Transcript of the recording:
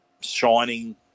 shining